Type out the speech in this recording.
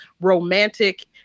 romantic